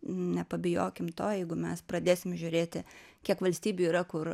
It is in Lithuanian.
nepabijokim to jeigu mes pradėsim žiūrėti kiek valstybių yra kur